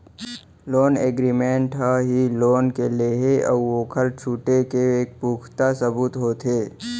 loan agreement ह ही loan के लेहे अउ ओखर छुटे के एक पुखता सबूत होथे